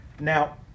Now